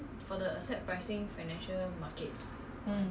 why